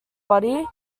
body